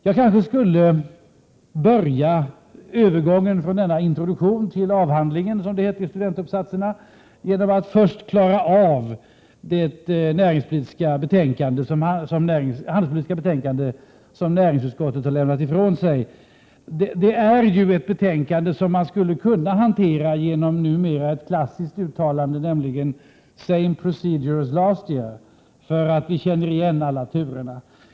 Jag kanske skulle börja övergången från denna introduktion till avhandlingen, som det hette i studentuppsatserna, genom att först klara av det handelspolitiska betänkande som näringsutskottet har lämnat ifrån sig. Det är ju ett betänkande som man skulle kunna hantera genom det numera klassiska uttalandet ”the same procedure as last year”, eftersom vi känner igen alla turerna.